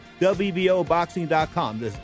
WBOboxing.com